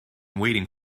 waiting